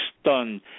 stunned